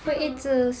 mm